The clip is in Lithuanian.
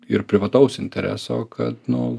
ir privataus intereso kad nu